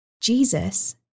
Jesus